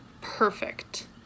perfect